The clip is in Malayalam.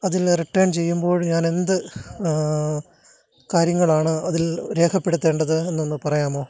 അതിൽ റിട്ടേൺ ചെയ്യുമ്പോഴ് ഞാനെന്ത് കാര്യങ്ങളാണ് അതിൽ രേഖപ്പെടുത്തേണ്ടത് എന്നൊന്ന് പറയാമോ